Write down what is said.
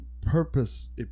purpose